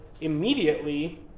immediately